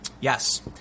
Yes